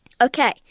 Okay